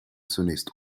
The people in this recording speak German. zunächst